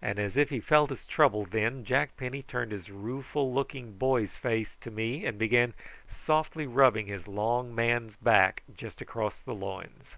and as if he felt his trouble then jack penny turned his rueful-looking boy's face to me and began softly rubbing his long man's back just across the loins.